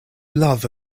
love